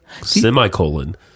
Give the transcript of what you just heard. Semicolon